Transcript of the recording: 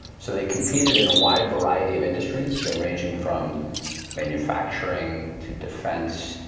so they competed in a wide variety of industries, so ranging from manufacturing, to defense,